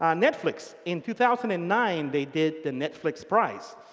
ah netflix in two thousand and nine, they did the netflix prize.